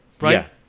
right